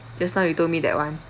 just now you told me that [one]